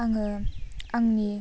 आङो आंनि